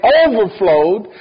overflowed